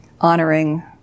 honoring